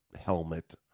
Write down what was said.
helmet